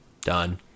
done